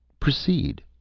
proceed.